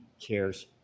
cares